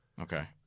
Okay